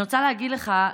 ואני רוצה להגיד לך,